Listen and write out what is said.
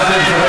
תתביישי לך.